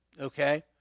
okay